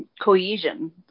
cohesion